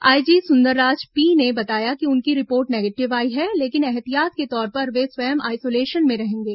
IG Sundarraj P ने बताया कि उनकी रिपोर्ट निगेटिव आई है लेकिन एहतियात के तौर पर वे स्वयं आइसोलेशन में रहेंगे